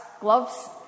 gloves